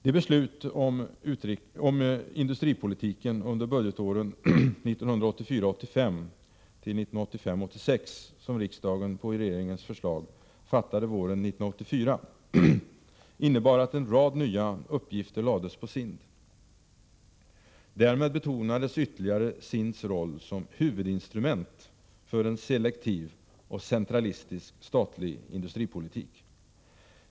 De beslut om industripolitiken under budgetåren 1984 86 som riksdagen på regeringens förslag fattade våren 1984 innebar att en rad nya uppgifter lades på SIND. Därmed betonades ytterligare SIND:s roll som huvudinstrument för en selektiv och centralistisk statlig industripolitik.